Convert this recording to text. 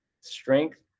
strength